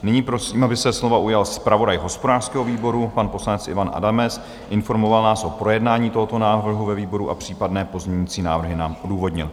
Nyní prosím, aby se slova ujal zpravodaj hospodářského výboru pan poslanec Ivan Adamec, informoval nás o projednání tohoto návrhu ve výboru a případné pozměňovací návrhy na odůvodnil.